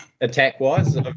attack-wise